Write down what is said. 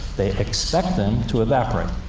they expect them to evaporate.